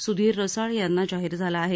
सुधीर रसाळ यांना जाहीर झाला आहे